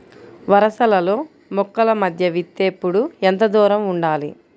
వరసలలో మొక్కల మధ్య విత్తేప్పుడు ఎంతదూరం ఉండాలి?